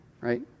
right